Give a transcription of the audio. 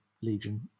Legion